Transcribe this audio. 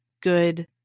good